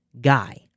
guy